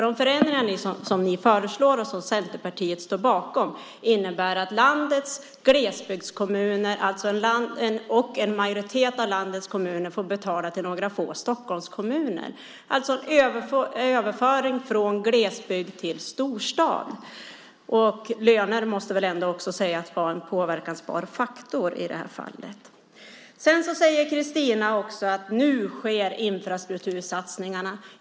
De förändringar ni föreslår och som Centerpartiet står bakom innebär att landets glesbygdskommuner, alltså en majoritet av landets kommuner, får betala till några få Stockholmskommuner. Det är alltså en överföring från glesbygd till storstad. Löner måste väl i det här fallet sägas vara en påverkbar faktor. Christina säger också att nu sker infrastruktursatsningarna.